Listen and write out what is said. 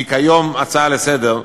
שהיא כיום הצעה לסדר-היום,